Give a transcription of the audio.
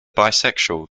bisexual